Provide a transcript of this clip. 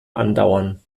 andauern